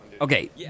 Okay